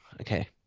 Okay